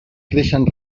creixen